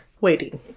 waiting